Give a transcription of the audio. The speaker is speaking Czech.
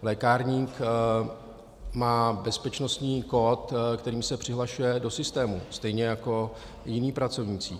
Lékárník má bezpečnostní kód, kterým se přihlašuje do systému stejně jako jiní pracovníci.